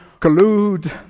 collude